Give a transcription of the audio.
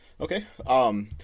Okay